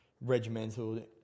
regimental